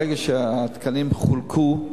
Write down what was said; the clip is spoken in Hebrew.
ברגע שהתקנים חולקו,